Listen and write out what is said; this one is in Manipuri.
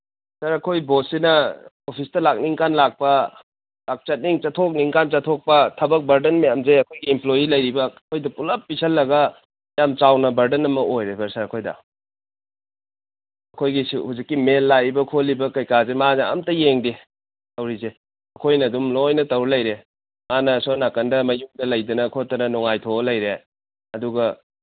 ꯁꯥꯔ ꯑꯩꯈꯣꯏ ꯕꯣꯁꯁꯤꯅ ꯑꯣꯐꯤꯁꯇ ꯂꯥꯛꯅꯤꯡꯀꯥꯟ ꯂꯥꯛꯄ ꯆꯠꯊꯣꯛꯅꯤꯡꯀꯥꯟ ꯆꯠꯊꯣꯛꯄ ꯊꯕꯛ ꯕꯔꯗꯟ ꯃꯌꯥꯝꯁꯦ ꯑꯩꯈꯣꯏꯒꯤ ꯏꯝꯄ꯭ꯂꯣꯏꯌꯤ ꯂꯩꯔꯤꯕ ꯑꯩꯈꯣꯏꯗ ꯄꯨꯂꯞ ꯄꯤꯁꯤꯜꯂꯒ ꯌꯥꯝ ꯆꯥꯎꯅ ꯕꯔꯗꯟ ꯑꯃ ꯑꯣꯏꯔꯦꯕ ꯁꯥꯔ ꯑꯩꯈꯣꯏꯗ ꯑꯩꯈꯣꯏꯒꯤ ꯁꯤ ꯍꯧꯖꯤꯛꯀꯤ ꯃꯦꯜ ꯂꯥꯛꯏꯕ ꯈꯣꯠꯂꯤꯕ ꯀꯩꯀꯥꯁꯦ ꯃꯥꯅ ꯑꯝꯇ ꯌꯦꯡꯗꯦ ꯇꯧꯔꯤꯁꯦ ꯑꯩꯈꯣꯏꯅ ꯑꯗꯨꯝ ꯂꯣꯏꯅ ꯇꯧ ꯂꯩꯔꯦ ꯃꯥꯅ ꯁꯣꯝ ꯅꯥꯀꯟꯗ ꯃꯌꯨꯝꯗ ꯂꯩꯗꯅ ꯈꯣꯠꯇꯅ ꯅꯨꯡꯉꯥꯏꯊꯣꯛꯑ ꯂꯩꯔꯦ ꯑꯗꯨꯒ